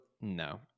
no